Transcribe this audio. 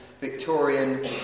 Victorian